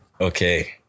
Okay